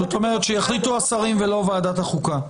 זאת אומרת שיחליטו השרים ולא ועדת החוקה.